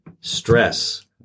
stress